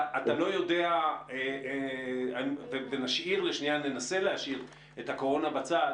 אתה לא יודע יותר וננסה להשאיר שנייה את הקורונה בצד